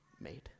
made